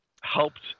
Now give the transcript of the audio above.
helped